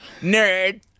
nerd